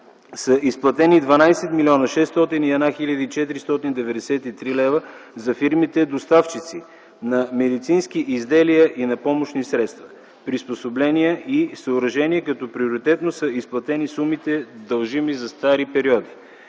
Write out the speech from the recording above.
са изплатени 12 млн. 601 хил. 493 лв. за фирмите-доставчици на медицински изделия и помощни средства, приспособления и съоръжения, като приоритетно са изплатени сумите, дължими за стари периоди.